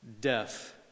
death